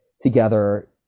together